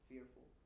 Fearful